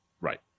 Right